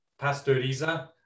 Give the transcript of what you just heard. Pastoriza